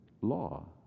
law